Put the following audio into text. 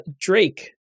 Drake